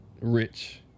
rich